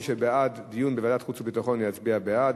מי שבעד דיון בוועדת החוץ והביטחון יצביע בעד,